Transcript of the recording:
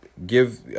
Give